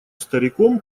стариком